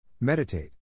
Meditate